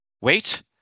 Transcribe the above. Wait